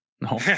No